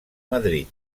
madrid